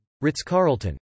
Ritz-Carlton